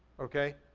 okay?